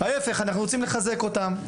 ההפך, אנחנו רוצים לחזק אותם.